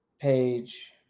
page